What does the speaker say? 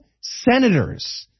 senators